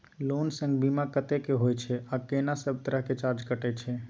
Loan संग बीमा कत्ते के होय छै आ केना सब तरह के चार्ज कटै छै?